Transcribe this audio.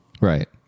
right